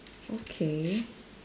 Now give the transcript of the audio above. okay